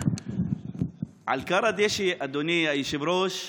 על כר הדשא, אדוני היושב-ראש,